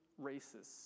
racists